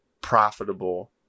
profitable